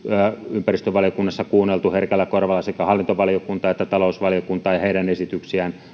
ympäristövaliokunnassa kuunneltu herkällä korvalla sekä hallintovaliokuntaa että talousvaliokuntaa ja heidän esityksiään